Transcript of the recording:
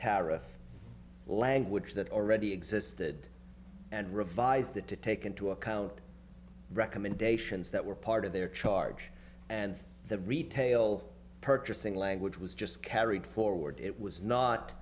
tariff language that already existed and revise that to take into account recommendations that were part of their charge and that retail purchasing language was just carried forward it was not